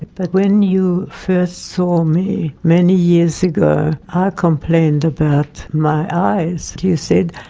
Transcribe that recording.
but when you first saw me many years ago, i complained about my eyes. you said,